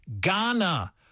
Ghana